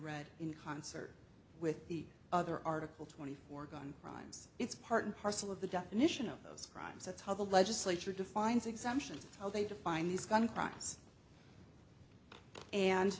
read in concert with the other article twenty four gun crimes it's part and parcel of the definition of those crimes that's how the legislature defines exemptions how they define these